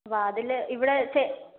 വാതിൽ ഇവിടെ വച്ച്